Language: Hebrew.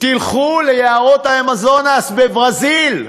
תלכו ליערות האמזונס בברזיל,